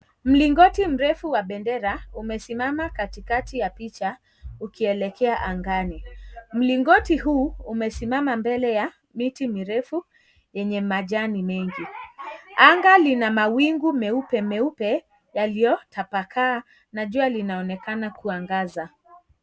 Mlingoti mrefu wa bendera umesimama katikati ya picha ukielekea angani ,mlingoti huu umesimama mbele ya miti mirefu yenye majani mengi anga lina mawingu meupe meupe yaliyotapakaa na jua linaonekana kuangaza.